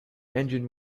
engine